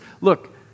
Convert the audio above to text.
Look